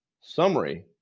summary